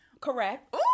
correct